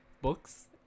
Books